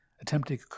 attempting